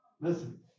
Listen